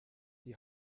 die